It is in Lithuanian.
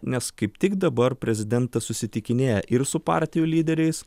nes kaip tik dabar prezidentas susitikinėja ir su partijų lyderiais